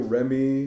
Remy